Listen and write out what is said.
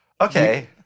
okay